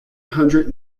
hundred